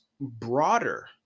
broader